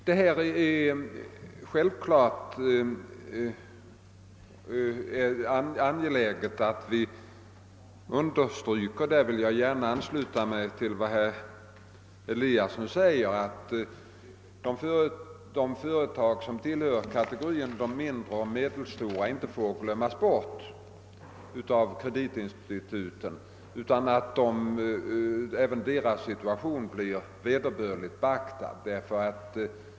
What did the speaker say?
Det är självfallet angeläget — och här vill jag gärna ansluta mig till vad herr Eliasson i Sundborn säger — att de mindre och medelstora företagen inte glöms bort av kreditinstituten utan att även deras situation blir vederbörligen beaktad.